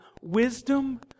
wisdom